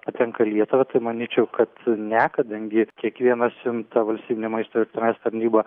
patenka į lietuvą tai manyčiau kad ne kadangi kiekvieną siuntą valstybinė maisto ir veterinarijos tarnyba